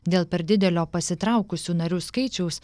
dėl per didelio pasitraukusių narių skaičiaus